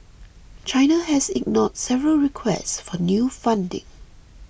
China has ignored several requests for new funding